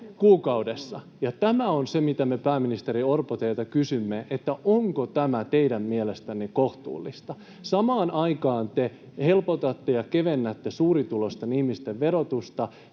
kuukaudessa. Ja tämä on se, mitä me, pääministeri Orpo, teiltä kysymme, että onko tämä teidän mielestänne kohtuullista. Samaan aikaan te helpotatte ja kevennätte suurituloisten ihmisten verotusta